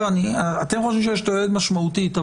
אתם חושבים שיש תועלת משמעותית,